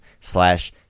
slash